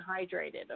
hydrated